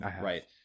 right